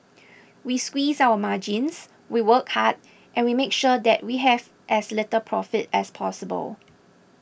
we squeeze our margins we work hard and we make sure that we have as little profit as possible